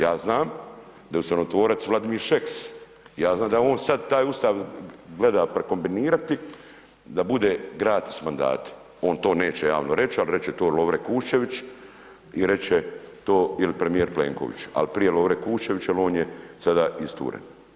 Ja znam da je ustavotvorac Vladimir Šeks, ja znam da on sad taj ustav gleda prekombinirati da bude gratis mandati, on to neće javno reći, ali reć će to Lovre Kuščević i reć će to il premijer Plenković, al prije Lovre Kuščević jel on je sada isturen.